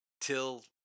till